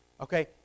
Okay